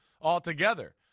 altogether